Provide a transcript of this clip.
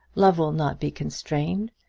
love will not be constrained.